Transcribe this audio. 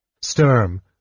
Sturm